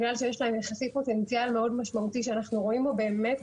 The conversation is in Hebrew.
בגלל שיש להן יחסית פוטנציאל מאוד משמעותי שאנחנו רואים בו באמת,